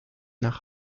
nach